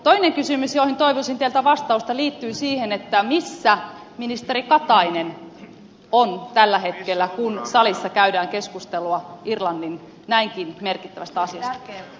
toinen kysymys johon toivoisin teiltä vas tausta liittyy siihen missä ministeri katainen on tällä hetkellä kun salissa käydään keskustelua irlannin näinkin merkittävästä asiasta